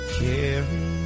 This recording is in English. carry